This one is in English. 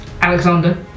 Alexander